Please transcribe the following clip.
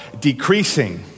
decreasing